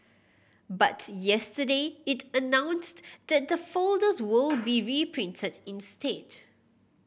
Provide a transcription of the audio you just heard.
but yesterday it announced that the folders will be reprinted instead